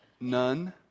none